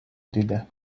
دیدم